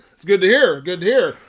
it's good to hear, good to hear.